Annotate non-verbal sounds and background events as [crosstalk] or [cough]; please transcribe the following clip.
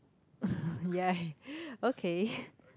[laughs] ya okay